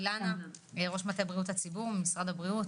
ראש מטה בריאות הציבור במשרד הבריאות,